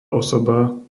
osoba